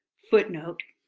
footnote,